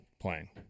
playing